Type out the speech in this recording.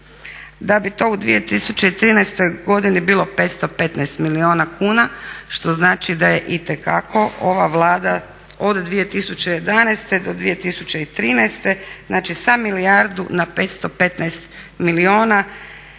da bi to u 2013. godini bilo 515 milijuna kuna što znači da je itekako ova Vlada od 2011. do 2013. znači sa milijardu na 515 milijuna